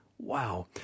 Wow